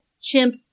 chimp